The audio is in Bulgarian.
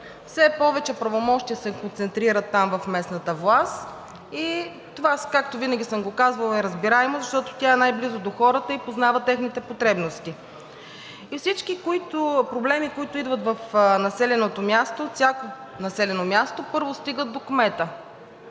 Все повече правомощия се концентрират там в местната власт. Това, както винаги съм казвала, е разбираемо, защото тя е най-близо до хората и познава техните потребности. Всички проблеми, които идват в населеното място – във всяко населено място, първо стигат до кмета.